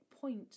point